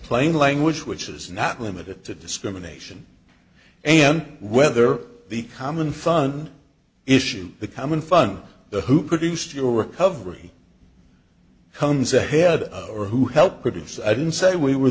plain language which is not limited to discrimination and whether the common fun issue the common fun the who produced your recovery comes ahead of or who helped produce i didn't say we were